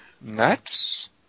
nuts